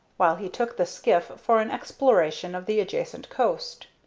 while he took the skiff for an exploration of the adjacent coast.